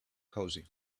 cosy